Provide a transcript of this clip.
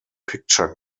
picture